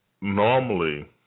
normally